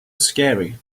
scary